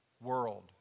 world